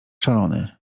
szalony